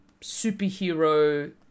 superhero